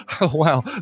Wow